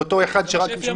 לאותו אחד שמחדש.